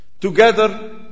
together